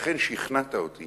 לכן, שכנעת אותי